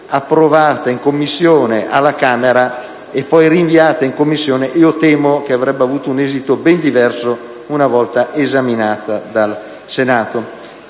approvata in Commissione alla Camera e poi rinviata in Commissione: temo che avrebbe avuto un esito ben diverso se fosse stata esaminata dal Senato.